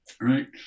right